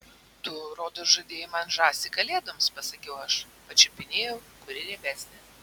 tu rodos žadėjai man žąsį kalėdoms pasakiau aš pačiupinėjau kuri riebesnė